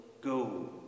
go